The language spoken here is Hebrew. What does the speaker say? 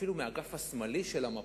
אפילו מהאגף השמאלי של המפה,